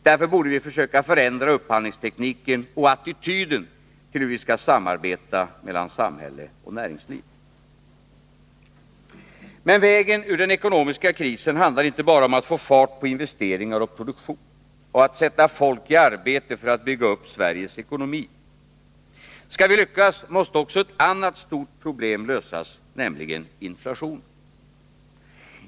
Därför borde vi försöka förändra upphandlingstekniken och attityden till hur vi skall samarbeta mellan samhälle och näringsliv. Men vägen ur den ekonomiska krisen handlar inte bara om att få fart på investeringar och produktion, att sätta folk i arbete för att bygga upp Sveriges ekonomi. Skall vi lyckas, måste också ett annat stort problem lösas, nämligen inflationen.